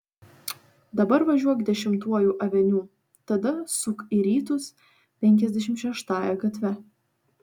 dabar važiuok dešimtuoju aveniu tada suk į rytus penkiasdešimt šeštąja gatve